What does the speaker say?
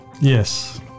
Yes